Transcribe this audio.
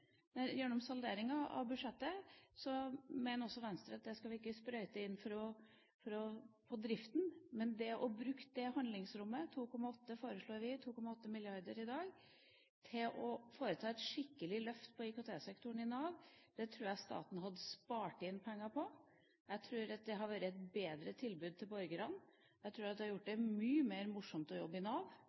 driften, men bruke det handlingsrommet – 2,8 mrd. kr som vi foreslår i dag – til å foreta et skikkelig løft på IKT-sektoren i Nav. Det tror jeg staten hadde spart inn penger på. Jeg tror det hadde vært et bedre tilbud til borgerne. Jeg tror det hadde gjort det mye morsommere å jobbe i Nav.